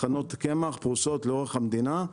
טחנות קמח פרוסות לאורך המדינה,